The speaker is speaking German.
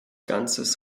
ganzes